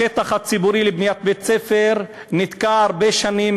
השטח הציבורי לבניית בית-ספר נתקע הרבה שנים,